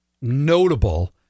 notable